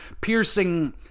piercing